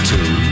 Two